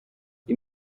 you